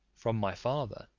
from my father,